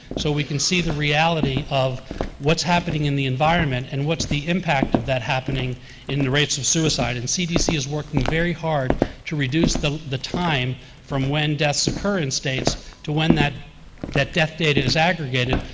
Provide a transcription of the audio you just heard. so we can see the reality of what's happening in the environment and what's the impact of that happening in the rates of suicide. and cdc is working very hard to reduce the the time from when deaths occur in states to when that that death data is aggregated,